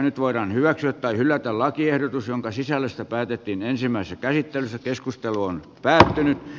nyt voidaan hyväksyä tai hylätä lakiehdotus jonka sisällöstä päätettiin ensimmäisessä käsittelyssä keskustelu on päättynyt